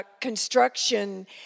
construction